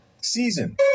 season